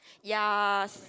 ya